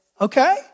Okay